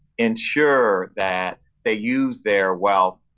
ensure that they use their wealth